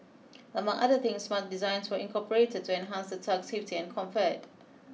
among other things smart designs were incorporated to enhance the tug's safety and comfort